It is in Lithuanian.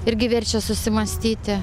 irgi verčia susimąstyti